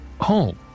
home